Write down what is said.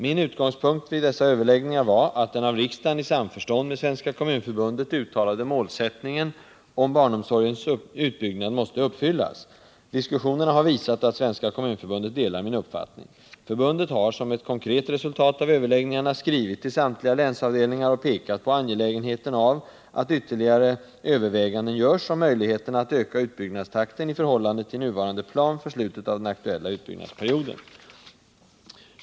Min utgångspunkt vid dessa överläggningar var att den av riksdagen i samförstånd med Svenska kommunförbundet uttalade målsättningen om barnomsorgens utbyggnad måste uppfyllas. Diskussionerna har visat att Svenska kommunförbundet delar min uppfattning. Förbundet har, som ett konkret resultat av överläggningarna, skrivit till samtliga länsavdelningar och pekat på angelägenheten av att ytterligare överväganden görs om möjligheterna att öka utbyggnadstakten i förhållande till nuvarande plan för slutet av den aktuella utbyggnadsperioden.